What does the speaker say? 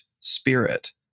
spirit